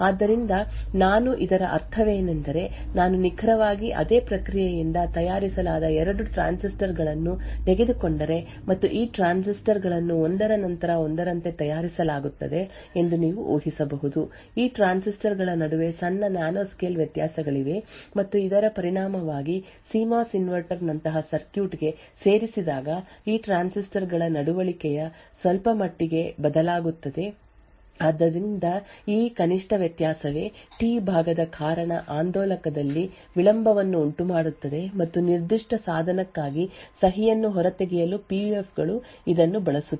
ಆದ್ದರಿಂದ ನಾನು ಇದರ ಅರ್ಥವೇನೆಂದರೆ ನಾನು ನಿಖರವಾಗಿ ಅದೇ ಪ್ರಕ್ರಿಯೆಯಿಂದ ತಯಾರಿಸಲಾದ 2 ಟ್ರಾನ್ಸಿಸ್ಟರ್ ಗಳನ್ನು ತೆಗೆದುಕೊಂಡರೆ ಮತ್ತು ಈ ಟ್ರಾನ್ಸಿಸ್ಟರ್ ಗಳನ್ನು ಒಂದರ ನಂತರ ಒಂದರಂತೆ ತಯಾರಿಸಲಾಗುತ್ತದೆ ಎಂದು ನೀವು ಊಹಿಸಬಹುದು ಈ ಟ್ರಾನ್ಸಿಸ್ಟರ್ ಗಳ ನಡುವೆ ಸಣ್ಣ ನ್ಯಾನೊಸ್ಕೇಲ್ ವ್ಯತ್ಯಾಸಗಳಿವೆ ಮತ್ತು ಇದರ ಪರಿಣಾಮವಾಗಿ C M O S inverter ನಂತಹ ಸರ್ಕ್ಯೂಟ್ ಗೆ ಸೇರಿಸಿದಾಗ ಈ ಟ್ರಾನ್ಸಿಸ್ಟರ್ ಗಳ ನಡವಳಿಕೆಯು ಸ್ವಲ್ಪಮಟ್ಟಿಗೆ ಬದಲಾಗುತ್ತದೆ ಆದ್ದರಿಂದ ಈ ಕನಿಷ್ಠ ವ್ಯತ್ಯಾಸವೇ ಟಿ ಭಾಗದ ಕಾರಣ ಆಂದೋಲಕದಲ್ಲಿ ವಿಳಂಬವನ್ನು ಉಂಟುಮಾಡುತ್ತದೆ ಮತ್ತು ನಿರ್ದಿಷ್ಟ ಸಾಧನಕ್ಕಾಗಿ ಸಹಿಯನ್ನು ಹೊರತೆಗೆಯಲು ಪಿ ಯು ಎಫ್ ಗಳು ಇದನ್ನು ಬಳಸುತ್ತವೆ